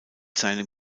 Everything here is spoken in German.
seinem